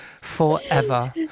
forever